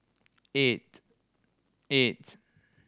eight eight